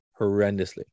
horrendously